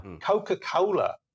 Coca-Cola